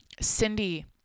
Cindy